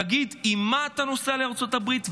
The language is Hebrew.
תגיד עם מה אתה נוסע לארצות הברית,